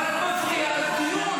אבל את מפריעה לדיון.